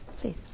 Please